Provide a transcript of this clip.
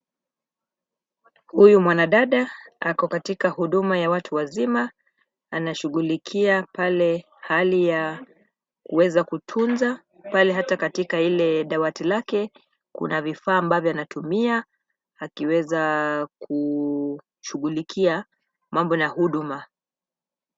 Huyu mwanadada ako katika huduma ya watu wazima, anashughulikia pale hali ya kuweza kutunza, pale hata katika lile dawati lake kuna vifaa ambavyo anatumia akiweza kushughulikia mambo na huduma.